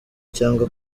cyangwa